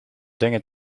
dingen